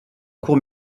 court